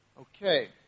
Okay